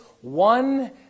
one